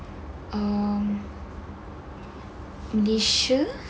um malaysia